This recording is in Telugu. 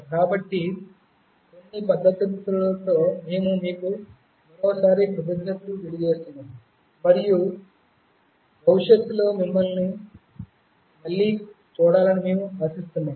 కాబట్టి ఈ కొన్ని పదాలతో మేము మీకు మరోసారి కృతజ్ఞతలు తెలియజేస్తున్నాము మరియు భవిష్యత్తులో మిమ్మల్ని మళ్ళీ చూడాలని మేము ఆశిస్తున్నాము